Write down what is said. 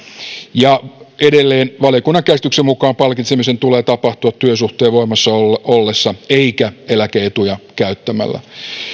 ja edelleen valiokunnan käsityksen mukaan palkitsemisen tulee tapahtua työsuhteen voimassa ollessa eikä eläke etuja käyttämällä